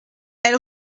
elle